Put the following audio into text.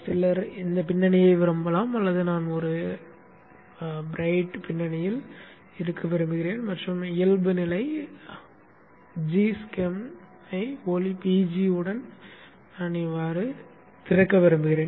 சிலர் இந்த பின்னணியை விரும்பலாம் ஆனால் நான் ஒரு ஒளி பின்னணியில் இருக்க விரும்புகிறேன் மற்றும் இயல்புநிலை g schem ஐ ஒளி bg உடன் திறக்க விரும்புகிறேன்